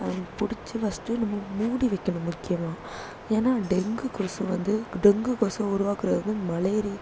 அதை பிடிச்சி ஃபர்ஸ்டு நம்ம மூடி வைக்கணும் முக்கியமாக ஏன்னால் டெங்கு கொசு வந்து டெங்கு கொசு உருவாக்கிறது வந்து மலேரி